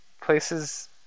Places